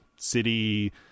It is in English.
City